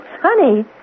Honey